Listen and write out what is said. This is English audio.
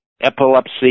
epilepsy